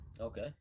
Okay